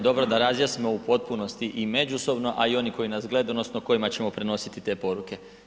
Dobro, da razjasnimo u potpunosti i međusobno a i oni koji nas gledaju odnosno onima kojima ćemo prenositi te poruke.